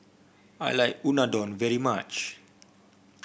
I like Unadon very much